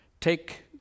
Take